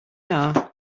are